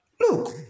Look